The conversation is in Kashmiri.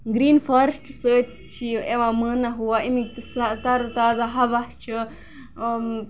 گرین فارسٹ سۭتۍ چھُ یہِ یِوان مانا ہُوا اَمِکۍ تَرو تازا ہوا چھُ